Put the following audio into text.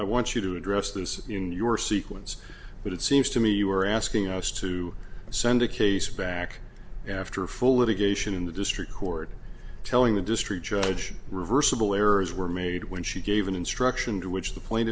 i want you to address this in your sequence but it seems to me you are asking us to send a case back after a full litigation in the district court telling the district judge reversible errors were made when she gave an instruction to which the